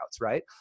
right